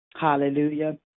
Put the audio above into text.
Hallelujah